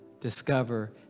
discover